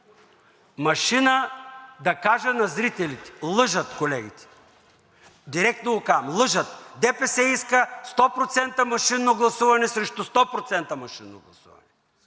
Машина, да кажа на зрителите, лъжат колегите! Директно го казвам: лъжат! ДПС иска 100% машинно гласуване срещу 100% машинно гласуване.